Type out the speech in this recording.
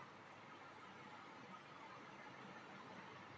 हमें credit card खो जाने पर उसे ब्लॉक करना नहीं भूलना चाहिए